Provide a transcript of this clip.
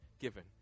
given